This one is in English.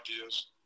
ideas